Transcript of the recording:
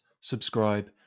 subscribe